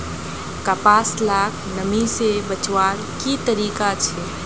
कपास लाक नमी से बचवार की तरीका छे?